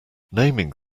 naming